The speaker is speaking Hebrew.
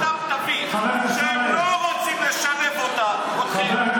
תבין שהם לא רוצים לשלב אתכם,